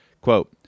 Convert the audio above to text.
Quote